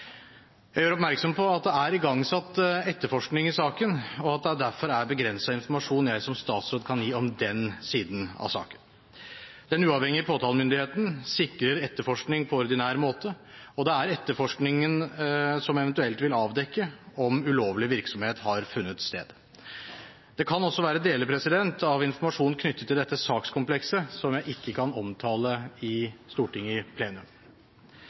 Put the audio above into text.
Jeg gjør oppmerksom på at det er igangsatt etterforskning i saken, og at det derfor er begrenset informasjon jeg som statsråd kan gi om den siden av saken. Den uavhengige påtalemyndigheten sikrer etterforskning på ordinær måte, og det er etterforskningen som eventuelt vil avdekke om ulovlig virksomhet har funnet sted. Det kan også være deler av informasjonen knyttet til dette sakskomplekset som jeg ikke kan omtale i Stortinget i plenum.